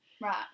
Right